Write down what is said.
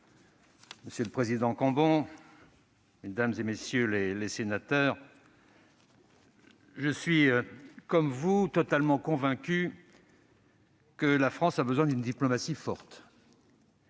Monsieur le président, mesdames, messieurs les sénateurs, comme vous, je suis totalement convaincu que la France a besoin d'une diplomatie forte.